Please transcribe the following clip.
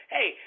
Hey